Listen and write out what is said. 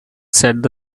said